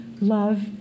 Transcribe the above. love